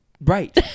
right